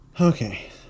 Okay